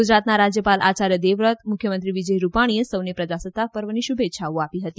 ગુજરાતના રાજયપાલ આચાર્ય દેવવ્રત મુખ્યમંત્રી વિજય રૂપાણીએ સૌને પ્રજાસત્તાક પર્વની શુભેચ્છાઓ આપી હતી